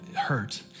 hurt